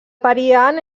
periant